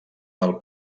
del